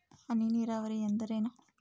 ಹನಿ ನೇರಾವರಿ ಎಂದರೇನು?